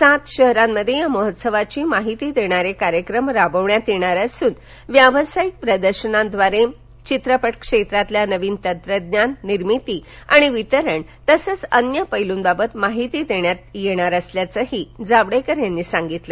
सात शहरांमध्ये या महोत्सवाची माहिती देणारे कार्यक्रम राबविण्यात येणार असून व्यावसायिक प्रदर्शनांद्वारे चित्रपट क्षेत्रातील नवीन तंत्रज्ञान निर्मिती आणि वितरण तसेच अन्य पैलूंबाबत माहिती देण्यात येणार असल्याचंही जावडेकर यांनी सांगितलं